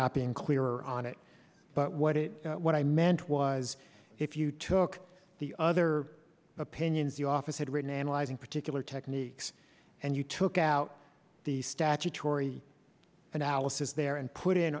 not being clearer on it but what it what i meant was if you took the other opinions the office had written analyzing particular techniques and you took out the statutory analysis there and put in